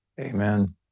Amen